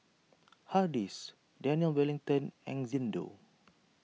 Hardy's Daniel Wellington and Xndo